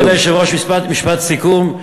כבוד היושב-ראש, משפט סיכום.